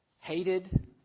hated